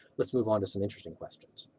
let's move on to some interesting questions.